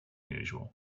usual